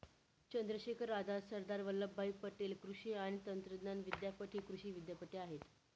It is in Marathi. चंद्रशेखर आझाद, सरदार वल्लभभाई पटेल कृषी आणि तंत्रज्ञान विद्यापीठ हि कृषी विद्यापीठे आहेत